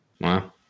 Wow